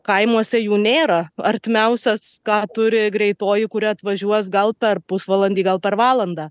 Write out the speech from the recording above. kaimuose jų nėra artimiausias ką turi greitoji kuri atvažiuos gal per pusvalandį gal per valandą